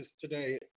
today